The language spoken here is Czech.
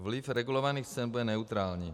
Vliv regulovaných cen bude neutrální.